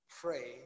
pray